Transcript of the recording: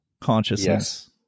consciousness